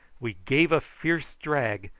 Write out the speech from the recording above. we gave a fierce drag,